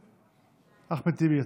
בבקשה.